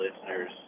listeners